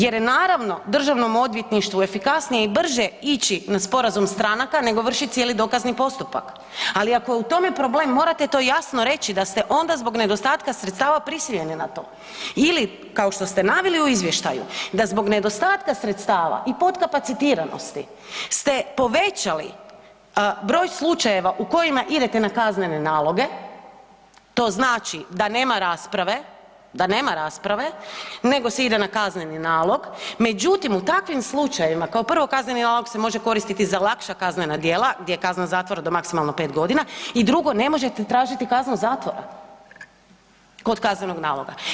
Jer je naravno Državnom odvjetništvu efikasnije i brže ići na sporazum stranaka nego vršiti cijeli dokazni postupak, ali ako je u tome problem morate to jasno reći da ste onda zbog nedostatka sredstava prisiljeni na to ili kao što ste naveli u izvještaju da zbog nedostatka sredstava i potkapacitiranosti ste povećali broj slučajeva u kojima idete na kaznene naloge, to znači da nema rasprave, da nema rasprave nego se ide na kazneni nalog, međutim u takvim slučajevima, kao prvo kazneni nalog se može koristiti za lakša kaznena djela gdje kazna zatvora do maksimalno 5 godina i drugo ne može se tražiti kazna zatvora kod kaznenog naloga.